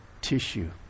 tissue